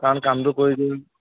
কাৰণ কামটো কৰি দিব